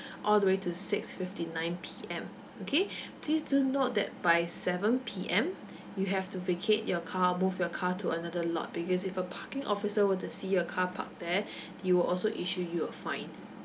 all the way to six fifty nine P_M okay please do note that by seven P_M you have to vacate your car move your car to another lot because if a parking officer were to see a car parked there he will also issue you a fine